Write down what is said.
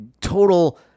total